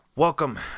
welcome